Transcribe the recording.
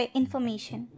information